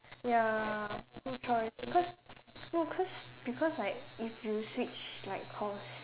ya no choice because no cause because like if you switch like course